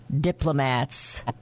diplomats—